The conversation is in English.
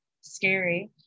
scary